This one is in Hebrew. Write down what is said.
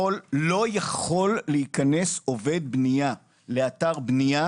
עובד בנייה לא יכול להיכנס לאתר בנייה